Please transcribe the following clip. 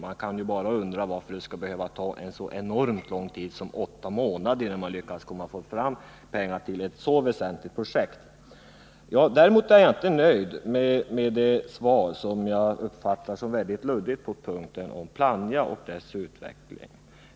Man kan ju bara undra om det skall behöva ta så enormt lång tid som åtta månader innan man lyckas få fram pengar till ett så väsentligt projekt. Däremot är jag inte nöjd med svaret — som jag uppfattade som mycket luddigt — om Plannja och dess utveckling.